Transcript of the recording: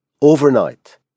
overnight